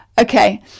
Okay